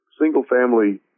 single-family